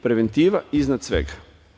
Preventiva iznad svega.